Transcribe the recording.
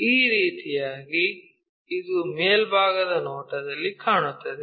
ಈ ರೀತಿಯಾಗಿ ಇದು ಮೇಲ್ಭಾಗದ ನೋಟದಲ್ಲಿ ಕಾಣುತ್ತದೆ